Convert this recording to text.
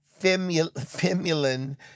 Femulin